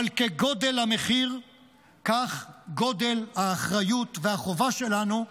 אבל כגודל המחיר כך גודל האחריות והחובה שלנו,